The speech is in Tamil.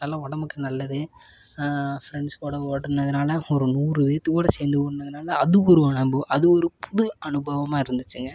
நல்லா உடம்புக்கு நல்லது ஃப்ரெண்ட்ஸ் கூட ஓடுனதுனால ஒரு நூறுபேர்த்துக்கூட சேந்து ஓடுனதுனால அது ஒரு அனுபவம் அது ஒரு புது அனுபவமாக இருந்திச்சுங்க